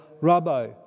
Rabbi